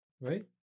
Right